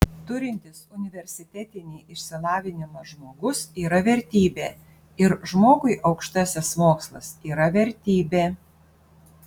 turintis universitetinį išsilavinimą žmogus yra vertybė ir žmogui aukštasis mokslas yra vertybė